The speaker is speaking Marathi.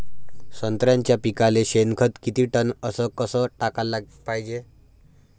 संत्र्याच्या पिकाले शेनखत किती टन अस कस टाकाले पायजे?